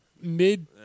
mid